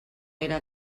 era